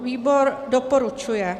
Výbor doporučuje.